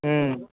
ಹ್ಞೂ